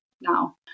now